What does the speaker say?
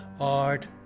art